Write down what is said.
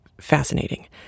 fascinating